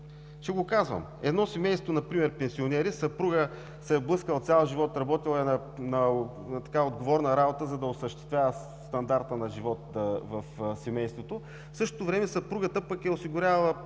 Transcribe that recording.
пример. Едно семейство, например пенсионери, съпругът се е блъскал цял живот, работил е на отговорна работа, за да осъществява стандарта на живот в семейството, в същото време съпругата пък е осигурявала